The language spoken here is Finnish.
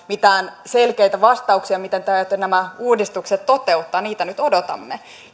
mitään selkeitä vastauksia miten te aiotte nämä uudistukset toteuttaa ja niitä nyt odotamme